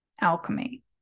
alchemy